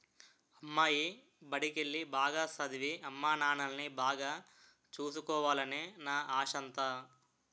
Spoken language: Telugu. అమ్మాయి బడికెల్లి, బాగా సదవి, అమ్మానాన్నల్ని బాగా సూసుకోవాలనే నా ఆశంతా